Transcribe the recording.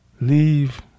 Leave